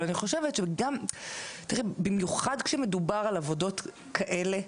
אבל אני חושבת שבמיוחד כשמדובר על עבודות כאלה,